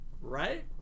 Right